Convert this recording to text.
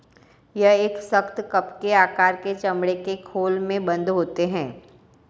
यह एक सख्त, कप के आकार के चमड़े के खोल में बन्द होते हैं